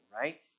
right